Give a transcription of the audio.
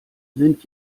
sind